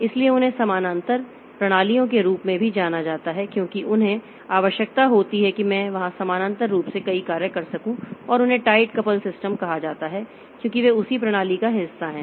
इसलिए उन्हें समानांतर प्रणालियों के रूप में भी जाना जाता है क्योंकि उन्हें आवश्यकता होती है कि मैं वहां समानांतर रूप से कई कार्य कर सकूं और उन्हें टाइट कपल सिस्टम कहा जाता है क्योंकि वे उसी प्रणाली का हिस्सा हैं